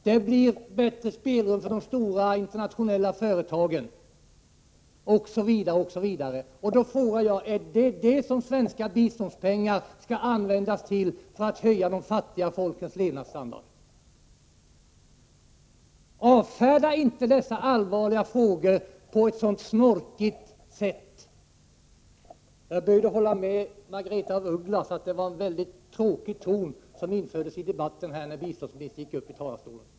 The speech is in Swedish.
Det blir bättre spelrum för de stora internationella företagen osv. Är det detta som svenska biståndspengar skall användas till när det gäller att höja de fattiga folkens levnadsstandard? Avfärda inte dessa allvarliga frågor på ett så snorkigt sätt. Jag är böjd att hålla med Margaretha af Ugglas om att en mycket tråkig ton infördes i debatten, när biståndsministern gick upp i talarstolen.